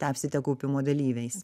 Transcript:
tapsite kaupimo dalyviais